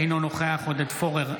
אינו נוכח עודד פורר,